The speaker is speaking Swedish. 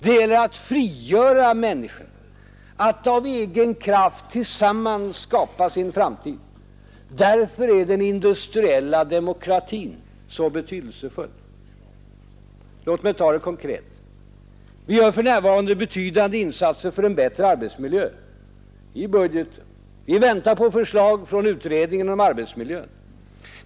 Det gäller att frigöra människorna, så att de av egen kraft tillsammans kan skapa sin framtid. Därför är den industriella demokratin så betydelsefull. Låt mig ta det konkret. Vi gör för närvarande betydande insatser för en bättre arbetsmiljö i budgeten. Vi väntar på förslag från utredningen om arbetsmiljön.